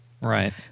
Right